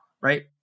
right